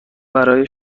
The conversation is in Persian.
برای